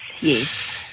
yes